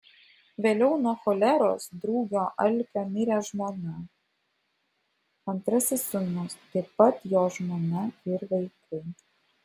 vėliau nuo choleros drugio alkio mirė žmona antrasis sūnus taip pat jo žmona ir vaikai